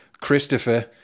christopher